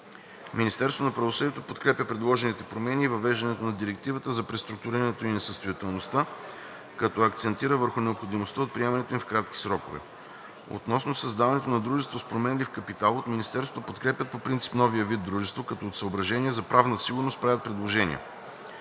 Министерството на правосъдието подкрепя предложените промени и въвеждането на Директивата за преструктурирането и несъстоятелността, като акцентира върху необходимостта от приемането им в кратки срокове. Относно създаването на дружество с променлив капитал от Министерството подкрепят по принцип новия вид дружество, като от съображения за правна сигурност правят предложения.